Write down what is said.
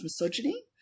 misogyny